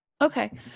Okay